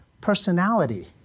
personality